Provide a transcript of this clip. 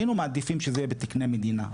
היינו מעדיפים שזה יהיה בתקני מדינה.